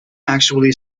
actually